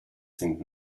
sind